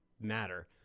matter